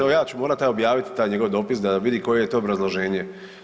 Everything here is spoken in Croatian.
Evo ja ću morati objaviti taj njegov dopis da vidi koje je to obrazloženje.